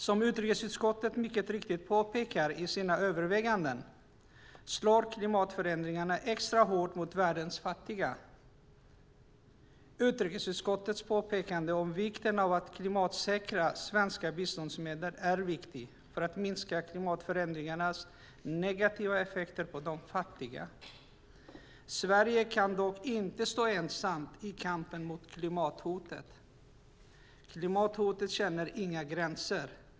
Som utrikesutskottet mycket riktigt påpekar i sina överväganden slår klimatförändringarna extra hårt mot världens fattiga. Utrikesutskottets påpekande om vikten av att klimatsäkra svenska biståndsmedel är viktigt för att minska klimatförändringarnas negativa effekter för de fattiga. Sverige kan dock inte stå ensamt i kampen mot klimathotet. Klimathotet känner inga gränser.